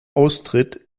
austritt